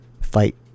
fight